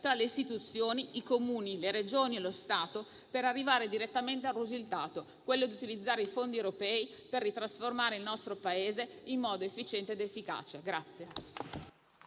tra le istituzioni, i Comuni, le Regioni e lo Stato, per arrivare direttamente al risultato di utilizzare i fondi europei per ritrasformare il nostro Paese in modo efficiente ed efficace.